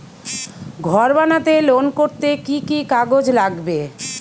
ঘর বানাতে লোন করতে কি কি কাগজ লাগবে?